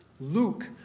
Luke